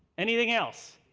anything else?